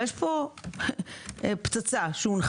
אבל הונחה פה פצצה האומרת: